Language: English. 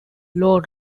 law